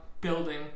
building